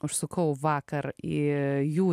užsukau vakar į jų